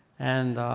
and